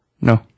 No